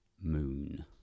Moon